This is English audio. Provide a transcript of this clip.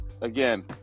again